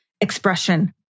expression